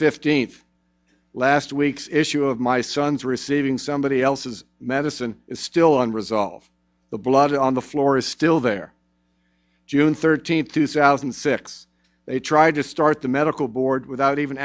fifteenth last week's issue of my son's receiving somebody else's medicine is still unresolved the blood on the floor is still there june thirteenth two thousand and six they tried to start the medical board without even